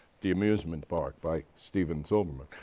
the amusement park by stephen silverman.